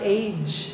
age